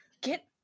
Get